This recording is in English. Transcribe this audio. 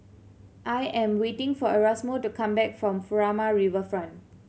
I am waiting for Erasmo to come back from Furama Riverfront